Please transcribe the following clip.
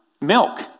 milk